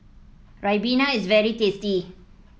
Ribena is very tasty